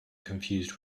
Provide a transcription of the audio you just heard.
confused